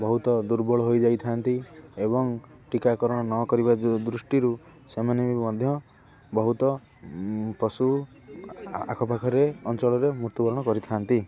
ବହୁତ ଦୁର୍ବଳ ହୋଇଯାଇଥାନ୍ତି ଏବଂ ଟୀକାକରଣ ନ କରିବା ଦୃଷ୍ଟିରୁ ସେମାନେ ବି ମଧ୍ୟ ବହୁତ ପଶୁ ଆଖପାଖରେ ଅଞ୍ଚଳରେ ମୃତ୍ୟୁବରଣ କରିଥାନ୍ତି